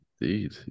Indeed